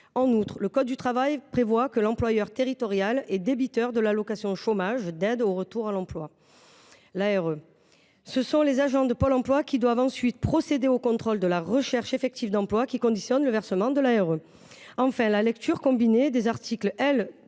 En outre, le code du travail prévoit que l’employeur territorial est débiteur de l’allocation d’aide au retour à l’emploi. Ce sont les agents de Pôle emploi qui doivent ensuite procéder au contrôle de la recherche effective d’emploi qui conditionne le versement de l’ARE. Enfin, la lecture combinée des articles L.